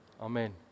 Amen